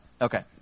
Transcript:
Okay